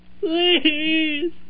Please